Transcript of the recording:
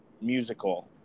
musical